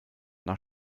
nach